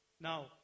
Now